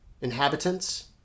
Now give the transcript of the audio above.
inhabitants